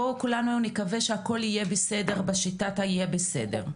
בואו כולנו נקווה שהכל יהיה בסדר בשיטת ה"יהיה בסדר".